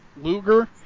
Luger